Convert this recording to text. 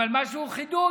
אבל מה שהוא חידוש,